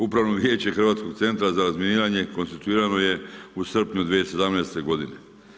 Upravno vijeće Hrvatskog centra za razminiranje konstituirano je u srpnju 2017. godine.